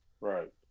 right